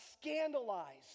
scandalized